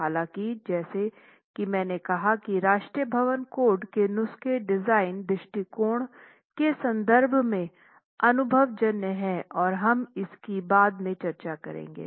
हालाँकि जैसा कि मैंने कहा कि राष्ट्रीय भवन कोड के नुस्खे डिज़ाइन दृष्टिकोण के संदर्भ में अनुभवजन्य हैं और हम इसकी बाद में जांच करेंगे